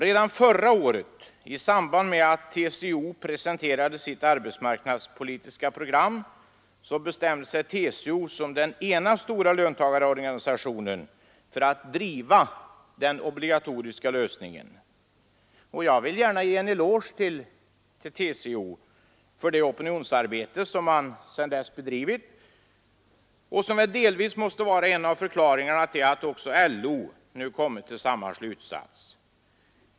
Redan förra året i samband med att TCO presenterade sitt arbetsmarknadspolitiska program bestämde sig TCO som den ena stora löntagarorganisationen för att driva den obligatoriska lösningen. Jag vill gärna ge en eloge till TCO för det opinionsbildande arbete som man sedan dess utfört och som måste vara en av förklaringarna till att också LO nu kommit till samma slutsats.